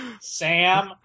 Sam